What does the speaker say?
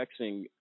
texting